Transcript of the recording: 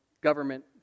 government